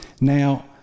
Now